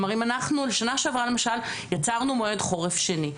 כלומר, בשנה שעברה יצרנו מועד חורף שני.